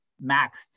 max